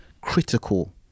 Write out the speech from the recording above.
critical